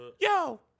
Yo